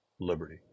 liberty